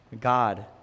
God